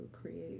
create